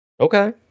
Okay